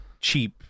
-cheap